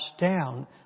down